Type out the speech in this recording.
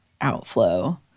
outflow